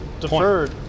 Deferred